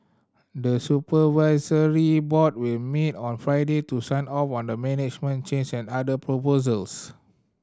the supervisory board will meet on Friday to sign off on the management change and other proposals